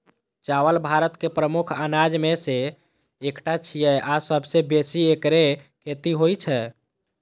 चावल भारत के प्रमुख अनाज मे सं एकटा छियै आ सबसं बेसी एकरे खेती होइ छै